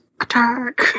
Attack